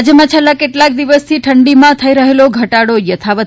રાજ્યમાં છેલ્લા કેટલાક દિવસથી ઠંડીમાં થઈ રહેલો ઘટાડો યથાવત્